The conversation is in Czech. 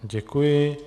Děkuji.